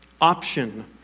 option